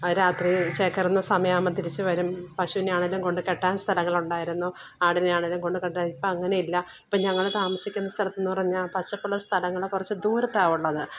അത് രാത്രിയിൽ ചേക്കേറുന്ന സമയാവുമ്പം തിരിച്ചുവരും പശുവിനെയാണേലും കൊണ്ട് കെട്ടാന് സ്ഥലങ്ങളുണ്ടായിരുന്നു ആടിനെയാണേലും കൊണ്ട് കെട്ടാന് ഇപ്പം അങ്ങനെയില്ല ഇപ്പം ഞങ്ങൾ താമസിക്കുന്ന സ്ഥലത്തെന്ന് പറഞ്ഞാൽ പച്ചപ്പ് ഉള്ള സ്ഥലങ്ങൾ കുറച്ച് ദൂരത്താണ് ഉള്ളത്